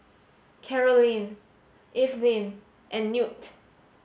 Karolyn Evelyn and Newt